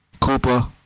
Cooper